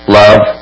love